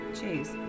Cheese